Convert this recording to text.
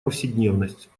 повседневность